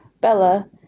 Bella